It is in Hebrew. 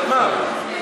נגמר.